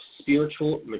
spiritual